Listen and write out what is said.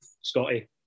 Scotty